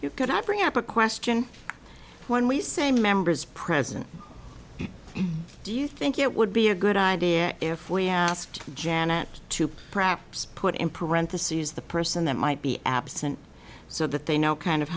you could not bring up a question when we say members present do you think it would be a good idea if we asked janet to perhaps put in parentheses the person that might be absent so that they know kind of